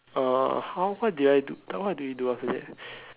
uh how what did I do what we do after that